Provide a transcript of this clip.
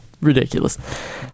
ridiculous